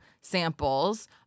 samples